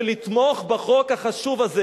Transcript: ולתמוך בחוק החשוב הזה.